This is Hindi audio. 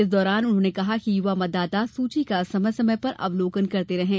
इस दौरान उन्होंने कहा कि युवा मतदाता सुची का समय समय पर अवलोकन करते रहें